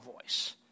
voice